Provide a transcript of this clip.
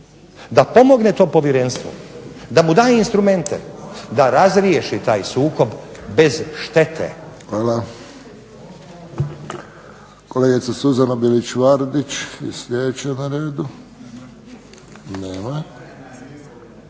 da pomogne tom povjerenstvu, da mu daje instrumente, da razriješi taj sukob bez štete. **Friščić, Josip (HSS)** Hvala. Kolegica Suzana Bilić Vardić je sljedeća na redu. Nema